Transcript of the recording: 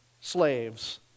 slaves